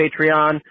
patreon